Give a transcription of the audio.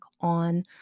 on